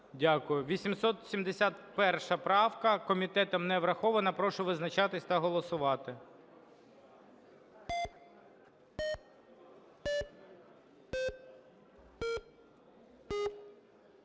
Дякую. 871 правка комітетом не врахована. Прошу визначатись та голосувати.